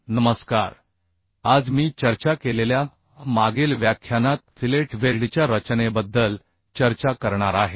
नमस्कार आज मी चर्चा केलेल्या मागील व्याख्यानात फिलेट वेल्डच्या रचनेबद्दल चर्चा करणार आहे